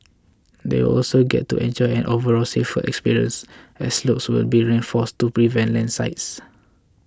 they will also get to enjoy an overall safer experience as slopes will be reinforced to prevent landslides